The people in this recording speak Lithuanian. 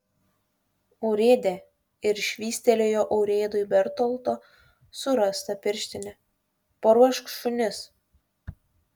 urėde ir švystelėjo urėdui bertoldo surastą pirštinę paruošk šunis